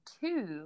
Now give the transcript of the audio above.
two